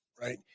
right